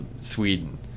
Sweden